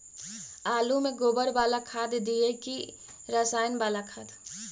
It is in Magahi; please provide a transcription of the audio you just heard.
आलु में गोबर बाला खाद दियै कि रसायन बाला खाद?